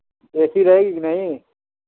اے C رہے گی کہ نہیں